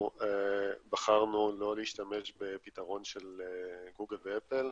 בחרנו לא להשתמש בפתרון של גוגל ואפל.